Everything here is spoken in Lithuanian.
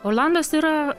orlandas yra